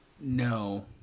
No